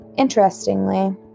Interestingly